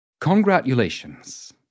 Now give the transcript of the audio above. Congratulations